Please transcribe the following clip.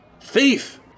Thief